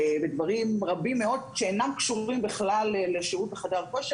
בדברים רבים מאוד שאינם קשורים בכלל לשהות בחדר כושר.